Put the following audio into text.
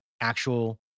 actual